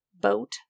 boat